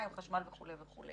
מים, חשמל וכו' וכו'.